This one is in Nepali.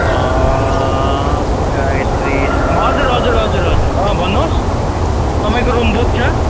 अँ गायत्री शर्मा हजुर हजुर हजुर हजुर अँ भन्नोहोस् तपाईँको रुम बुक छ